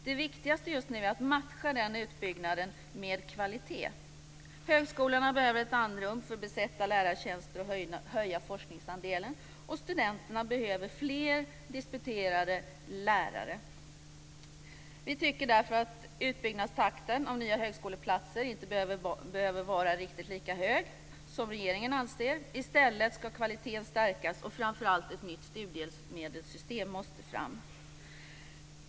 Det viktigaste just nu är att matcha denna utbyggnad med kvalitet. Högskolorna behöver ett andrum för att besätta lärartjänster och höja forskningsandelen, och studenterna behöver fler disputerade lärare. Vi tycker därför att utbyggnadstakten för nya högskoleplatser inte behöver vara riktigt lika hög som regeringen anser. I stället ska kvaliteten stärkas, och framför allt måste ett nytt studiemedelssystem fram.